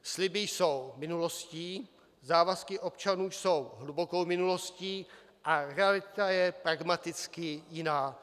Sliby jsou minulostí, závazky k občanům jsou hlubokou minulostí a realita je pragmaticky jiná.